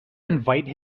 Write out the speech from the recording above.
invite